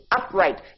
upright